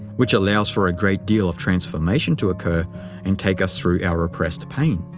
which allows for a great deal of transformation to occur and take us through our repressed pain.